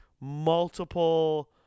Multiple